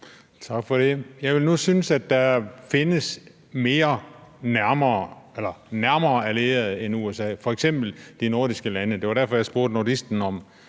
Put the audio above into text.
Tak for det. Jeg vil nu synes, at der findes nærmere allierede end USA, f.eks. de nordiske lande. Det var derfor, jeg spurgte nordisten,